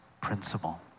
principle